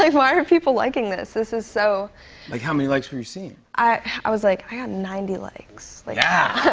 like why are people liking this? this is so like, how many likes were you seeing? i was like, i got ah ninety likes. like yeah!